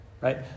right